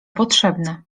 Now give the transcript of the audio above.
potrzebne